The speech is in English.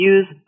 Use